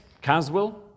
Caswell